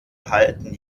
halten